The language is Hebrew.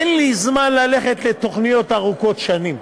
אין לי זמן ללכת לתוכניות ארוכות שנים,